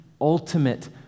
ultimate